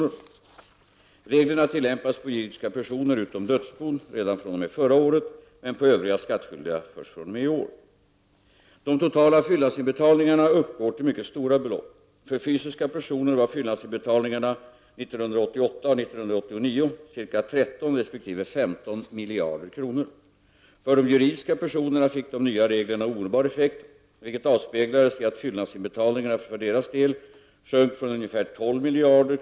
Reglerna tillämpas på juridiska personer utom dödsbon redan fr.o.m. förra året men på övriga skattskyldiga först fr.o.m. i år. De totala fyllnadsinbetalningarna uppgår till mycket stora belopp. För fysiska personer var fyllnadsinbetalningarna 1988 och 1989 ca 13 resp. 15 miljarder kr. För de juridiska personerna fick de nya reglerna omedelbar effekt, vilket avspeglas i att fyllnadsinbetalningarna för deras del sjönk från ca 12 miljarder kr.